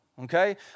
Okay